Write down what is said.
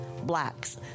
blacks